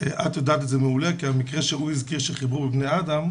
- את יודעת את זה מעולה - כי המקרה שהוא הזכיר של חיבור בבני אדם,